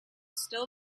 still